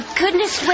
goodness